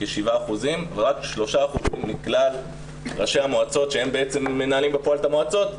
כ-7% ורק 3% מכלל ראשי המועצות שהם בעצם מנהלים בפועל את המועצות,